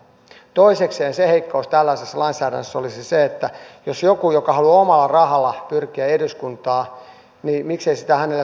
toisekseen se heikkous tällaisessa lainsäädännössä olisi se että jos joku haluaa omalla rahalla pyrkiä eduskuntaan niin miksei sitä hänelle suotaisi